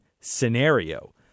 scenario